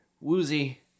Woozy